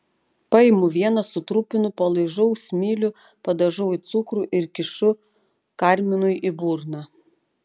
paimu vieną sutrupinu palaižau smilių padažau į cukrų ir kišu karminui į burną